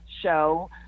show